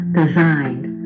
designed